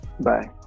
Bye